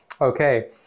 Okay